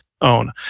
own